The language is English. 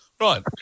Right